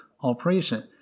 operation